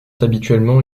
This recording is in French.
habituellement